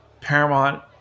Paramount